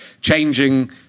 changing